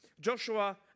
Joshua